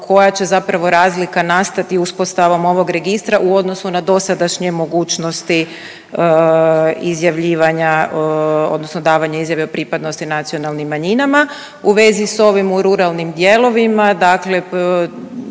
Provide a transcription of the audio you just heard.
koja će zapravo razlika nastati uspostavom ovog registra u odnosu na dosadašnje mogućnosti izjavljivanja odnosno davanja izjave o pripadnosti nacionalnim manjinama. U vezi s ovim u ruralnim dijelovima dakle